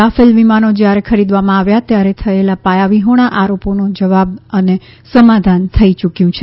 Rafale વિમાનો જ્યારે ખરીદવામાં આવ્યા ત્યારે થયેલા પાયાવિહોણા આરોપોનો જવાબ અને સમાધાન થઈ ચૂક્યું છે